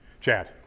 Chad